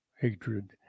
Hatred